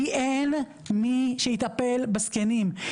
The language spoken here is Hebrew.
כי אין מי שיטפל בזקנים.